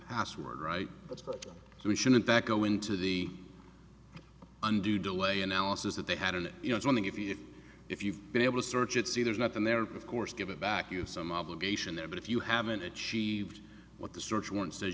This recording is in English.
password right that's what we should in fact go into the undue delay analysis that they had and you know it's one thing if you if you've been able to search and see there's nothing there of course give it back you have some obligation there but if you haven't achieved what the search warrant says